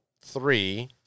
three